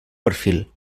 perfil